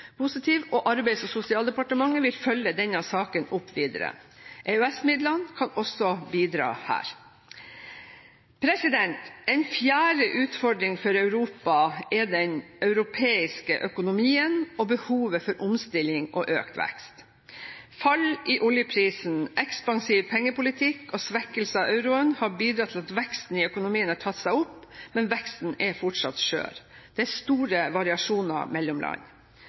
positiv, og Arbeids- og sosialdepartementet vil følge denne saken opp videre. EØS-midlene kan også bidra her. En fjerde utfordring for Europa er den europeiske økonomien og behovet for omstilling og økt vekst. Fall i oljeprisen, ekspansiv pengepolitikk og svekkelse av euroen har bidratt til at veksten i økonomien har tatt seg opp, men veksten er fortsatt skjør. Det er store variasjoner mellom land.